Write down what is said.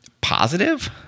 positive